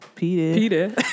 Peter